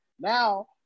now